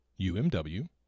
UMW